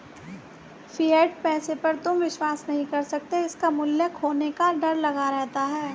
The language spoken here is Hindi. फिएट पैसे पर तुम विश्वास नहीं कर सकते इसका मूल्य खोने का डर लगा रहता है